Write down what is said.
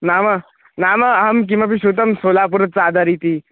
नाम नाम अहं किमपि शृतं सोलापुरचादर इति